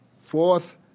Fourth